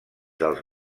dels